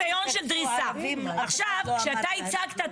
כשאתה הצגת,